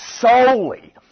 solely